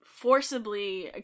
forcibly